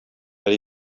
that